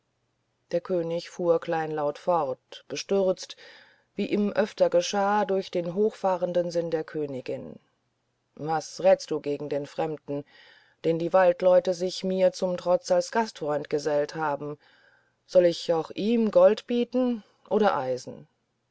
der könig fuhr kleinlaut fort bestürzt wie ihm öfter geschah durch den hochfahrenden sinn der königin was rätst du gegen den fremden den die waldleute sich mir zum trotz als gastfreund gesellt haben soll ich auch ihm gold bieten oder eisen